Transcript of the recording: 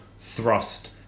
thrust